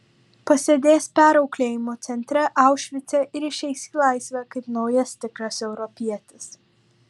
pasėdės perauklėjimo centre aušvice ir išeis į laisvę kaip naujas tikras europietis